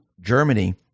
Germany